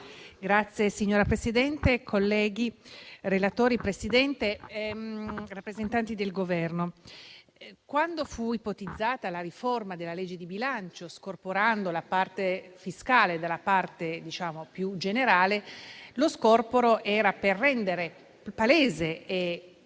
Signora Presidente, colleghi, relatori, rappresentanti del Governo, quando fu ipotizzata la riforma della legge di bilancio che scorporava la parte fiscale dalla parte più generale, tale scorporo era volto a rendere palese e